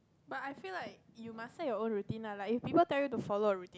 but I feel like you must set your own routine lah like if people tell you to follow a routine